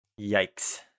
yikes